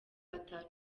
ata